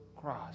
cross